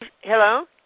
Hello